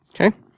Okay